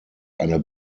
eine